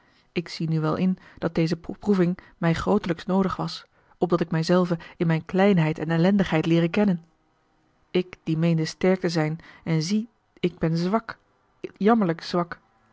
ik zie nu wel in dat deze beproeving mij grootelijks noodig was opdat ik mij zelven in mijn kleinheid en ellendigheid leere kennen ik die meende sterk te zijn en ziet ik ben zwak jammerlijk zwak